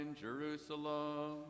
Jerusalem